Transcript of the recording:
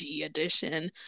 edition